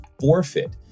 forfeit